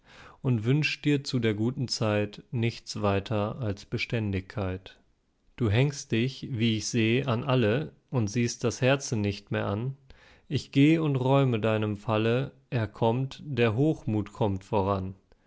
und wünscht dir zu der guten zeit nichts weiter als beständigkeit du hängst dich wie ich seh an alle und siehst das herze nicht mehr an ich geh und räume deinem falle er kommt der hochmut kommt voran